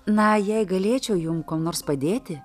na jei galėčiau jum kuom nors padėti